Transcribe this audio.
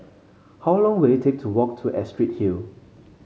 how long will it take to walk to Astrid Hill